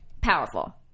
Powerful